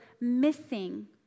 missing